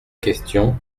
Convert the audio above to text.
question